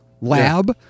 lab